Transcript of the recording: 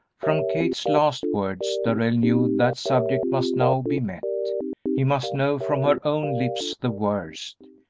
from kate's last words darrell knew that subject must now be met he must know from her own lips the worst.